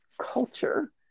culture